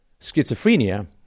Schizophrenia